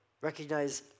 recognize